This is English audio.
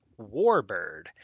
Warbird